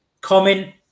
comment